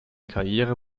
karriere